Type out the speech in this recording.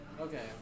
Okay